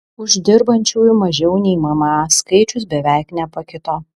uždirbančių mažiau nei mma skaičius beveik nepakito